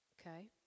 Okay